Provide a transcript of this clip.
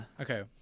Okay